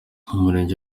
umurenge